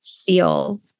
feel